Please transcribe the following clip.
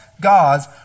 gods